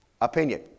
opinion